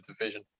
division